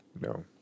No